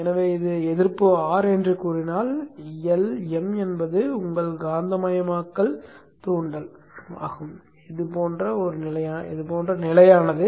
எனவே இது எதிர்ப்பு R என்று சொன்னால் Lm என்பது உங்கள் காந்தமயமாக்கல் தூண்டல் ஆகும் இது போன்ற நிலையானது